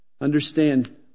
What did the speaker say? Understand